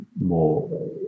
more